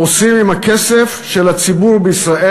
עושים עם הכסף של הציבור בישראל.